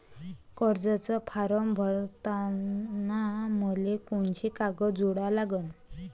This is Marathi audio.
कर्जाचा फारम भरताना मले कोंते कागद जोडा लागन?